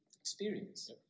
experience